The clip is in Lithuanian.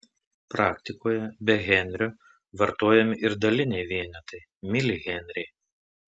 praktikoje be henrio vartojami ir daliniai vienetai milihenriai